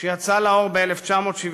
שיצא לאור ב-1979,